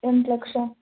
ಎಂಟು ಲಕ್ಷ